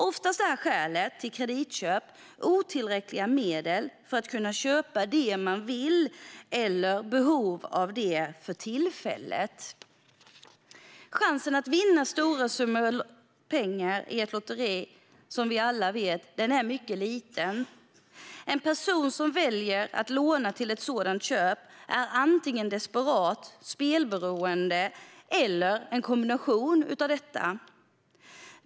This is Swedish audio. Oftast är skälet till kreditköp otillräckliga medel för att kunna köpa det man vill eller har behov av för tillfället. Chansen att vinna stora summor pengar i ett lotteri är, som vi alla vet, mycket liten. En person som väljer att låna till ett sådant köp är antingen desperat, spelberoende eller en kombination av dessa.